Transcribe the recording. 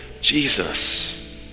Jesus